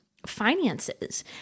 finances